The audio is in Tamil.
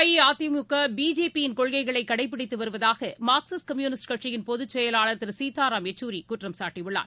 அஇஅதிமுக பிஜேபி யின் கொள்கைகளை கடைபிடித்து வருவதாக மார்க்சிஸ்ட் கம்யூனிஸ்ட் கட்சியின் பொதுச்செயலாளர் திரு சீதாராம் யெச்சூரி குற்றம்சாட்டியுள்ளார்